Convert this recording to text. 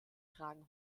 tragen